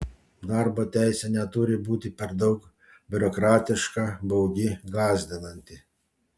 darbo teisė neturi būti per daug biurokratiška baugi gąsdinanti